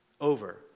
over